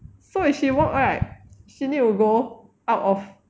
so if she walk right she need to go out of